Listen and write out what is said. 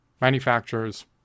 manufacturers